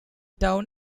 town